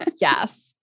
Yes